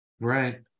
Right